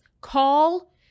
call